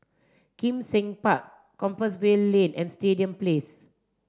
Kim Seng Park Compassvale Lane and Stadium Place